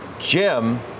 Jim